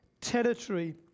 territory